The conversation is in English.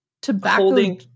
tobacco